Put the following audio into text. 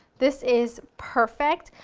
this is perfect,